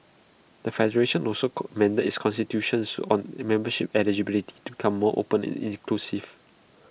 the federation also amended its constitutions on remembership eligibility to can more open and inclusive